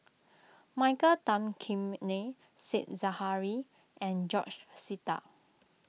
Michael Tan Kim Nei Said Zahari and George Sita